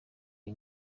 iyi